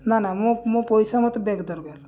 ନା ନା ମୋ ମୋ ପଇସା ମୋତେ ବ୍ୟାକ୍ ଦରକାର